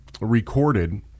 recorded